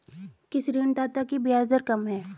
किस ऋणदाता की ब्याज दर कम है?